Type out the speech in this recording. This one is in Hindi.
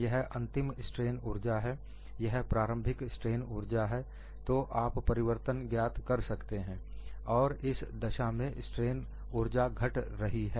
यह अंतिम स्ट्रेन ऊर्जा है यह प्रारंभिक स्ट्रेन ऊर्जा है तो आप परिवर्तन ज्ञात कर सकते हैं और इस दशा में स्ट्रेन ऊर्जा घट रही है